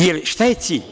Jer, šta je cilj?